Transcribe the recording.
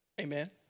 Amen